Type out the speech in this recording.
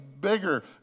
bigger